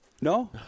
No